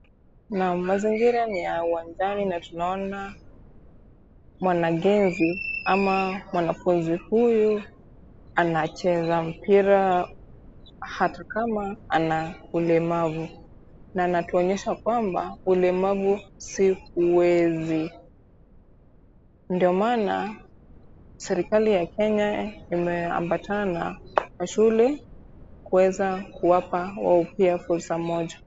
Naam, mazingira ni ya uwanjani na tunaona mwanagenzi ama mwanafunzi huyu anacheza mpira, hata kama ana ulemavu. Na anatuonyesha kwamba, ulemavu si huwezi. Ndio maana serikali ya Kenya imeambatana na shule kuweza kuwapa fursa moja.